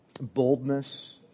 boldness